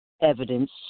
evidence